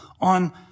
on